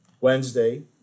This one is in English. Wednesday